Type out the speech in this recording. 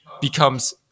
becomes